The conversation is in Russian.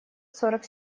сорок